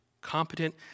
competent